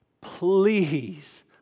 please